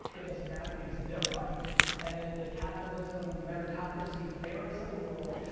it doesn't matter, because they're right and in the capitalism meritocracy, fairness of the world,